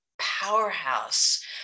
powerhouse